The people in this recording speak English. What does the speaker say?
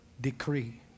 decree